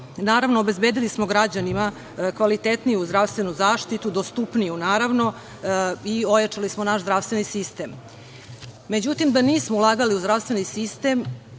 Naravno, obezbedili smo građanima kvalitetniju zdravstvenu zaštitu, dostupniju, naravno, i ojačali smo naš zdravstveni sistem. Međutim, da nismo ulagali u zdravstveni sistem